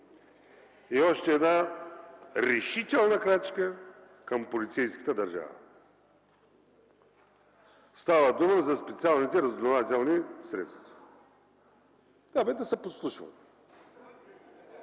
е още една решителна крачка към полицейската държава – става дума за специалните разузнавателни средства. Абе, да се подслушва!